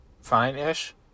fine-ish